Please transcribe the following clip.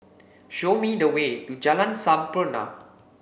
show me the way to Jalan Sampurna